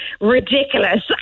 ridiculous